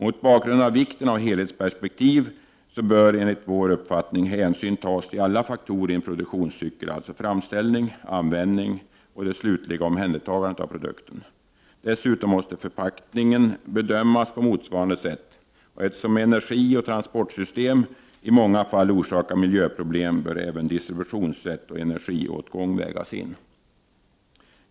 Mot bakgrund av vikten av helhetsperspektiv bör enligt vår uppfattning hänsyn tas till alla faktorer i en produktionscykel, alltså framställning, användning och det slutliga omhändertagandet av produkten. Dessutom måste förpackningen bedömas på motsvarande sätt. Eftersom energioch transportsystem i många fall orsakar miljöproblem, bör även distributionssätt och energiåtgång vägas in.